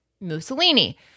Mussolini